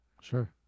Sure